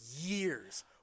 years